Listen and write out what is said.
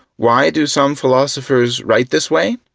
why do some philosophers write this way?